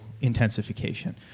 intensification